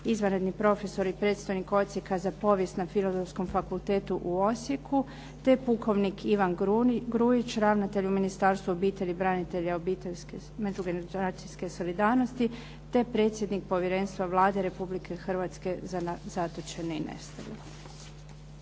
izvanredni profesor i predstojnik Odsjeka za povijest na Filozofskom fakultetu u Osijeku, te pukovnik Ivan Gruić ravnatelj u Minstarstvu obitelji, branitelja i međugeneracijske solidarnosti, te predsjednik povjerenstva Vlade Republike Hrvatske za zatočene i nestale.